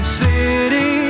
city